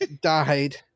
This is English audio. died